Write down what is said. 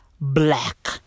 Black